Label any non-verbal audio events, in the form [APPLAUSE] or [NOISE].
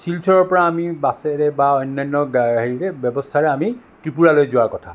শিলচৰৰ পৰা আমি বাছেৰে বা অন্যান্য [UNINTELLIGIBLE] হেৰিৰে ব্যৱস্থাৰে আমি ত্ৰিপুৰালৈ যোৱাৰ কথা